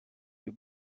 you